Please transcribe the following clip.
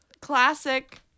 classic